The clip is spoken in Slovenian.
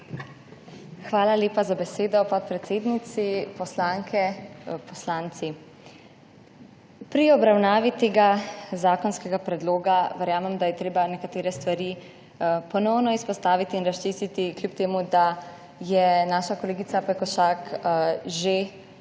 Hvala lepa za besedo, podpredsednica. Poslanke, poslanci! Pri obravnavi tega zakonskega predloga verjamem, da je treba nekatere stvari ponovno izpostaviti in razčistiti, kljub temu da je naša kolegica Pekošak že